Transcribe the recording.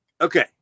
Okay